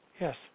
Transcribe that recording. Yes